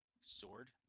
sword